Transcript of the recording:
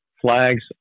flags